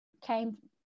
came